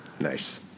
Nice